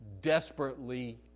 desperately